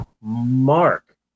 Mark